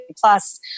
plus